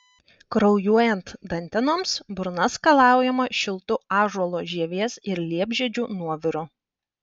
kraujuojant dantenoms burna skalaujama šiltu ąžuolo žievės ir liepžiedžių nuoviru